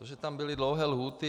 Takže tam byly dlouhé lhůty.